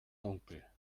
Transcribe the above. dunkel